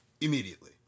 immediately